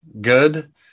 good